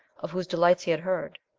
of whose delights he had heard.